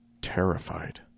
terrified